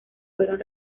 fueron